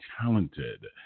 talented